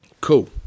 cool